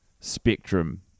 spectrum